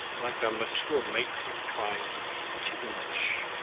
like a mature matron trying to be kittenish.